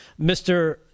Mr